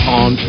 on